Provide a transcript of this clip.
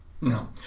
No